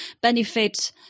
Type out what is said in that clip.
benefit